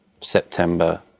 September